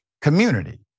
community